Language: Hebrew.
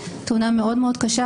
תאונה קשה מאוד,